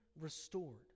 restored